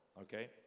Okay